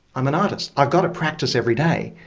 i'm an artist i've got to practise every day.